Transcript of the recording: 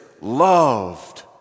loved